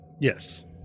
yes